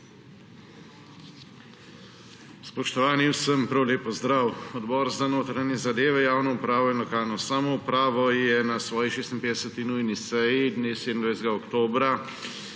Spoštovani, vsem prav lep pozdrav. Odbor za notranje zadeve, javno upravo in lokalno samoupravo je na svoji 56. nujni seji dne 27. oktobra